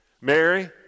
Mary